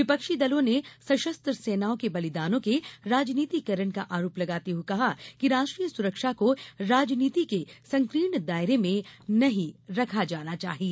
विपक्षी दलों ने सशस्त्र सेनाओं के बलिदानों के राजनीतिकरण का आरोप लगाते हुए कहा कि राष्ट्रीय सुरक्षा को राजनीति के संकीर्ण दायरे में नहीं रखा जाना चाहिए